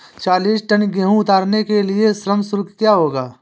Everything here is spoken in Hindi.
चालीस टन गेहूँ उतारने के लिए श्रम शुल्क क्या होगा?